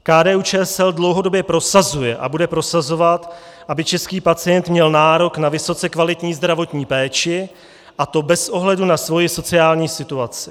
KDUČSL dlouhodobě prosazuje a bude prosazovat, aby český pacient měl nárok na vysoce kvalitní zdravotní péči, a to bez ohledu na svoji sociální situaci.